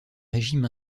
régime